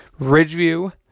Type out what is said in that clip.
Ridgeview